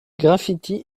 graffitis